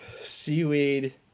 Seaweed